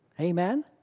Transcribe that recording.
Amen